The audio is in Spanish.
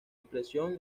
impresión